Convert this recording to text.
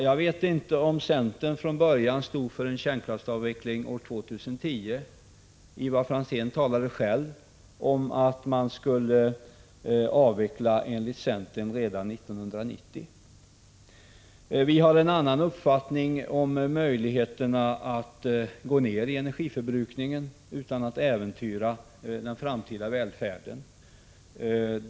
Jag vet inte om centern från början stod för en kärnkraftsavveckling år 2010. Ivar Franzén talade själv om att man enligt centern skulle avveckla redan 1990. Vi har en annan uppfattning om möjligheterna att minska energiförbrukningen utan att äventyra den framtida välfärden.